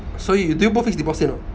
so you do you put fixed deposit or not